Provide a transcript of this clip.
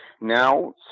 now